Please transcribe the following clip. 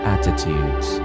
attitudes